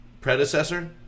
predecessor